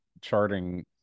charting